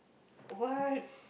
what